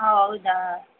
ಹಾಂ ಹೌದಾ